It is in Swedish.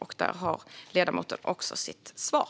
Där har ledamoten Maria Gardfjell också sitt svar.